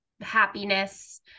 happiness